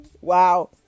Wow